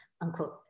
Unquote